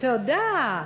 תודה.